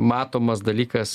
matomas dalykas